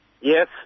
yes